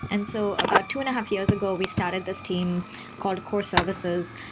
and so about two and a half years ago, we started this team called core services.